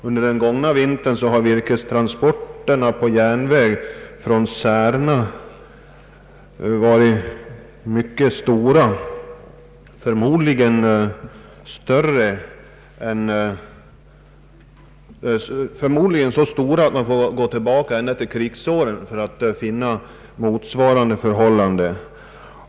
Under den gångna vintern har virkestransporterna på järnväg från Särna varit mycket omfattande — förmodligen så stora att man får gå tillbaka ända till krigsåren för att finna motsvarande förhållande.